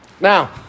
Now